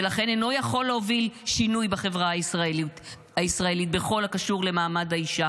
ולכן אינו יכול להוביל שינוי בחברה הישראלית בכל הקשור למעמד האישה